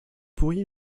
pourriez